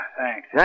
thanks